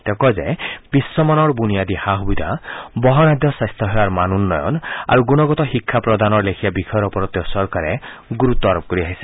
তেওঁ কয় যে বিশ্বমানৰ বুনিয়াদী সা সুবিধা বহনসাধ্য স্বাস্থ্যসেৱাৰ মান উন্নয়ন আৰু গুণগত শিক্ষা প্ৰদানৰ লেখীয়া বিষয়ৰ ওপৰত তেওঁৰ চৰকাৰে গুৰুত্ব আৰোপ কৰি আহিছে